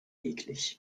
eklig